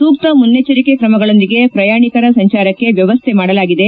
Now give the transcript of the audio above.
ಸೂಕ್ಷ ಮುನ್ನೆಚ್ಚರಿಕೆ ಕ್ರಮಗೊಳೊಂದಿಗೆ ಪ್ರಯಾಣಿಕರ ಸಂಚಾರಕ್ಕೆ ವ್ಯವಸ್ನೆ ಮಾಡಲಾಗಿದೆ